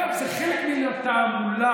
אגב, זה חלק מן התעמולה.